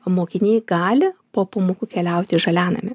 mokiniai gali po pamokų keliaut į žalianamį